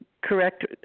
correct